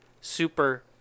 super